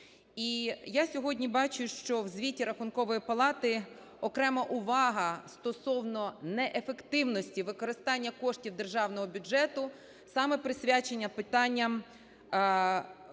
я сьогодні бачу, що в звіті Рахункової палати окрема увага стосовно неефективності використання коштів державного бюджету саме присвячена питанням